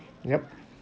yup